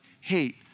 hate